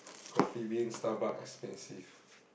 Coffee-Bean Starbucks expensive